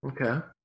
Okay